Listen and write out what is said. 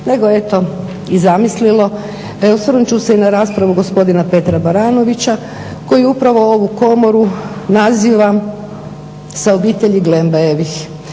nego eto i zamislilo. Osvrnut ću se i na raspravu gospodina Petra Baranovića koji upravo ovu Komoru naziva sa obitelji Glembajevih.